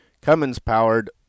Cummins-powered